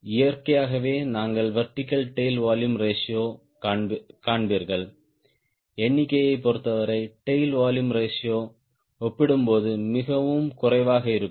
எனவே இயற்கையாகவே நீங்கள் வெர்டிகல் டேய்ல் வொலும் ரேஷியோ காண்பீர்கள் எண்ணிக்கையைப் பொருத்தவரை டேய்ல் வொலும் ரேஷியோ ஒப்பிடும்போது மிகவும் குறைவாக இருக்கும்